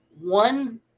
One